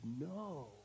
no